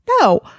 No